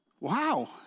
wow